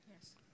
Yes